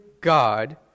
God